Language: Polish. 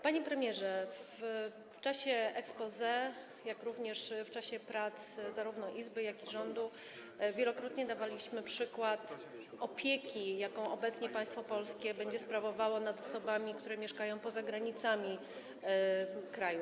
Panie premierze, w czasie exposé, jak również w czasie prac zarówno Izby, jak i rządu wielokrotnie podawaliśmy przykład opieki, jaką obecnie państwo polskie będzie sprawowało nad osobami, które mieszkają poza granicami kraju.